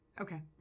Okay